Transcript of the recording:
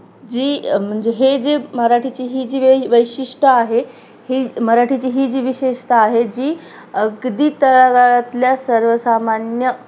जी म्हणजे हे जे मराठीची ही जी वै वैशिष्ट्य आहे ही मराठीची ही जी विशेषता आहे जी अगदी तळागाळातल्या सर्वसामान्य